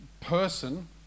person